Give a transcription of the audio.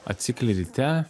atsikeli ryte